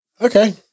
Okay